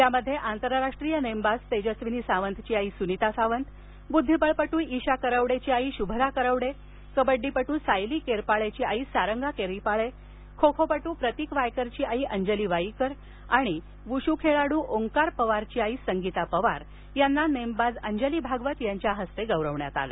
यामध्ये आंतरराष्ट्रीय नेमबाज तेजस्विनी सावंतची आई सुनीता सावंत बुद्धिबळपटू इशा करवडेची आई शुभदा करवडे कबड्डीपटू सायली केरपाळेची आई सारंगा केरीपाळे खो खोपटू प्रतीक वायकरची आई अंजली वाईकर आणि आणि वूशू खेळाडू ओंकार पवारची आई संगीता पवार यांना नेमबाज अंजली भगवत यांच्या हस्ते गौरवण्यात आलं